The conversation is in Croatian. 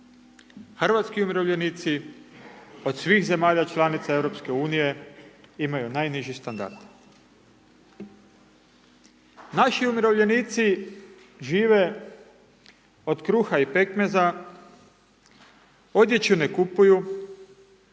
Hrvatski umirovljenici, od svih zemalja članica EU, imaju najniži standard. Naši umirovljenici žive od kruha i pekmeza, odjeću ne kupuju,